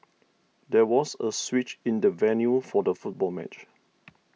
there was a switch in the venue for the football match